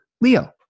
Leo